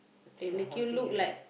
you think like haunting you right